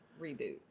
reboot